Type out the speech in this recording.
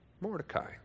Mordecai